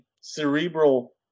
cerebral